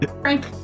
Frank